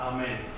Amen